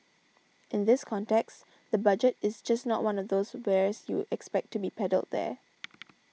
in this context the Budget is just not one of those wares you expect to be peddled there